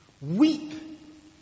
weep